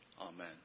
Amen